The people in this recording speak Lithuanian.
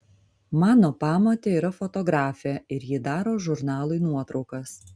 mano pamotė yra fotografė ir ji daro žurnalui nuotraukas